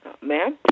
Ma'am